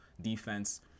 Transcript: defense